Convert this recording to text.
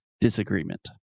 disagreement